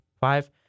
Five